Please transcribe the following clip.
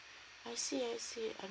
I see I see understand